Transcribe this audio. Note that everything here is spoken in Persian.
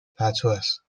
پتوهست